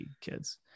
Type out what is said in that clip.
kids